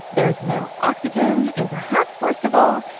there's no oxygen, and perhaps worst of all,